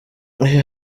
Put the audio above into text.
ayo